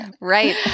Right